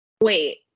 wait